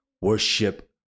worship